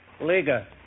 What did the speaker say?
Liga